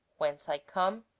whence i come,